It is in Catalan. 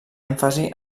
èmfasi